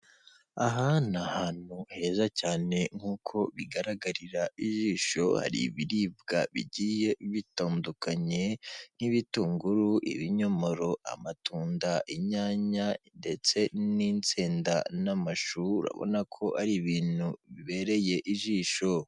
Aha ni ahantu heza cyane nk'uko bigaragarira ijisho, hari ibiribwa bigiye bitandukanye nk'ibitunguru, ibinyomoro, amatunda, inyanya ndetse n'insenda n'amashu, urabona ko ari ibintu bibereye ijisho.